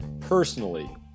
personally